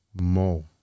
more